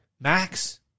Max